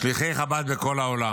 שליחי חב"ד בכל העולם.